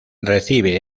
recibe